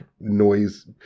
noise